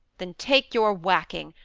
then take your whacking!